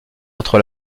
entre